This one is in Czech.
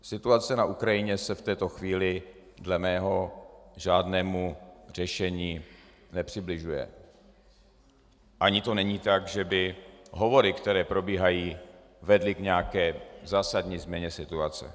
Situace na Ukrajině se v této chvíli dle mého k žádnému řešení nepřibližuje, ani to není tak, že by hovory, které probíhají, vedly k nějaké zásadní změně situace.